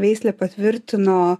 veislę patvirtino